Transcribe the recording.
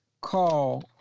call